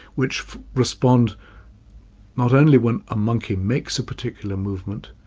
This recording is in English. which respond not only when a monkey makes a particular movement,